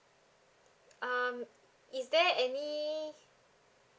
um is there any